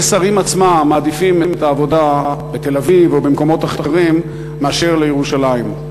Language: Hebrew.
והשרים עצמם מעדיפים את העבודה בתל-אביב או במקומות אחרים ולא בירושלים.